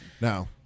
Now